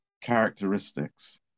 characteristics